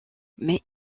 mais